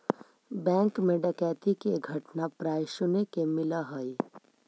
bank मैं डकैती के घटना प्राय सुने के मिलऽ हइ